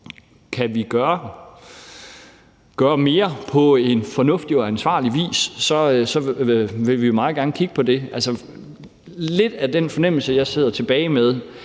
kan vi gøre mere på en fornuftig og ansvarlig vis, vil vi meget gerne kigge på det. Den fornemmelse, jeg lidt sidder tilbage med,